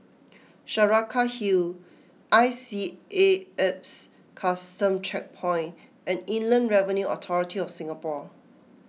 Saraca Hill I C A Alps Custom Checkpoint and Inland Revenue Authority of Singapore